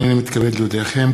הנני מתכבד להודיעכם,